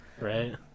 Right